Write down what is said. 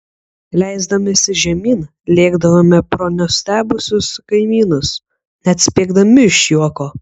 leisdamiesi žemyn lėkdavome pro nustebusius kaimynus net spiegdami iš juoko